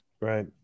Right